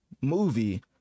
movie